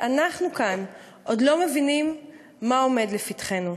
ואנחנו כאן עוד לא מבינים מה עומד לפתחנו.